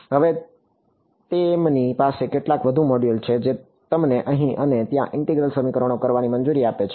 હવે તેમની પાસે કેટલાક વધુ મોડ્યુલો છે જે તમને અહીં અને ત્યાં ઈન્ટિગરલ સમીકરણો કરવાની મંજૂરી આપે છે